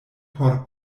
por